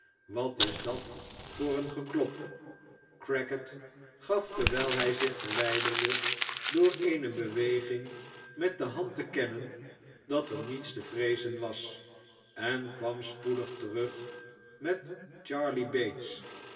wat is dat voor een geklop crackit gaf terwijl hij zich verwijderde door eene beweging met de hand te kennen dat er niets te vreezen was en kwam spoedig terug met charley bates